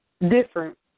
different